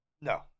No